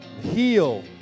heal